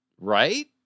Right